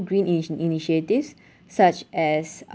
green ini~ initiatives such as